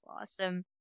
Awesome